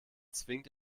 zwingt